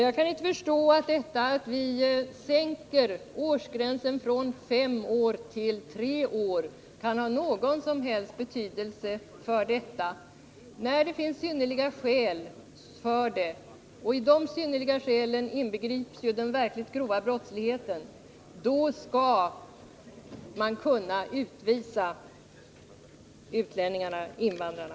Jag kan inte finna att det förhållandet att vi sänker gränsen från fem till tre år kan ha någon som helst betydelse när det finns synnerliga skäl. I dessa synnerliga skäl inbegrips ju den verkligt grova brottsligheten. Vid sådan skall man kunna utvisa utlänningarna-invandrarna.